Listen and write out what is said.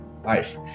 life